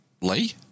Lee